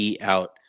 out